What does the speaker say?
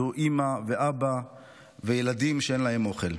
אלה אימא ואבא וילדים שאין להם אוכל.